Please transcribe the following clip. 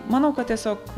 manau kad tiesiog